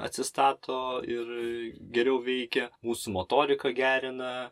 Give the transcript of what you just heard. atsistato ir geriau veikia mūsų motoriką gerina